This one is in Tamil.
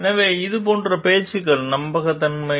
எனவே இது போன்ற பேச்சுக்கள் நம்பகத்தன்மை